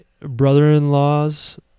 brother-in-law's